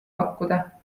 pakkuda